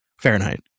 Fahrenheit